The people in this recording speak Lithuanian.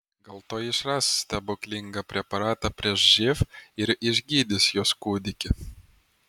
gal tuoj išras stebuklingą preparatą prieš živ ir išgydys jos kūdikį